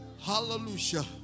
Hallelujah